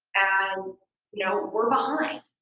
and you know we're behind.